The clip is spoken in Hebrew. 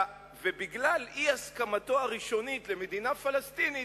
ובגלל אי-הסכמתו הראשונית למדינה פלסטינית,